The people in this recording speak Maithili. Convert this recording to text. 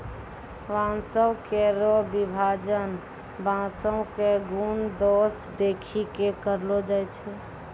बांसों केरो विभाजन बांसों क गुन दोस देखि कॅ करलो जाय छै